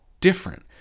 different